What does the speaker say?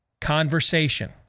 conversation